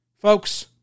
Folks